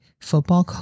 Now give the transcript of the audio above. football